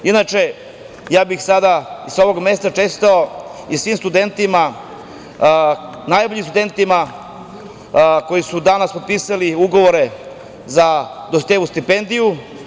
Inače, ja bih sada i sa ovog mesta čestitao i svim studentima, najboljim studentima koji su danas potpisali ugovore za Dositejevu stipendiju.